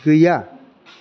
गैया